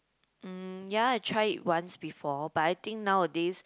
mm ya I try it once before but I think nowadays